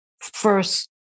first